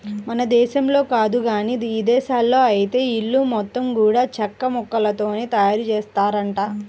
మన దేశంలో కాదు గానీ ఇదేశాల్లో ఐతే ఇల్లు మొత్తం గూడా చెక్కముక్కలతోనే తయారుజేత్తారంట